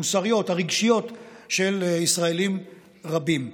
המוסריות, הרגשיות של ישראלים רבים.